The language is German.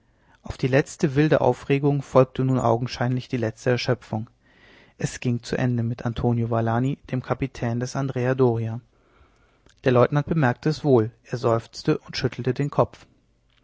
auf die letzte wilde aufregung folgte nun augenscheinlich die letzte erschöpfung es ging zu ende mit antonio valani dem kapitän des andrea doria der leutnant bemerkte es wohl er seufzte und schüttelte den kopf